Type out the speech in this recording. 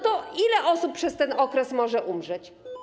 To ile osób przez ten okres może umrzeć?